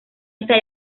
esta